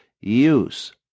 use